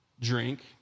drink